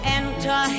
enter